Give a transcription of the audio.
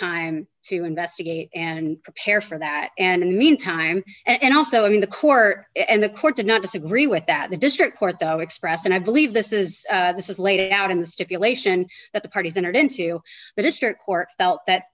time to investigate and prepare for that and meantime and also i mean the court and the court did not disagree with that the district court the express and i believe this is this is laid out in the stipulation that the parties entered into the district court felt that